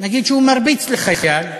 נגיד שהוא מרביץ לחייל,